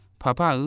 papa